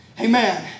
Amen